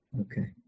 Okay